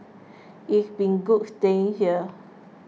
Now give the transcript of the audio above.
it's been good staying here